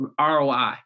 ROI